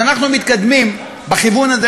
אז אנחנו מתקדמים בכיוון הזה,